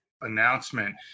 announcement